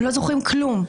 לא זוכרים כלום.